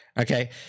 Okay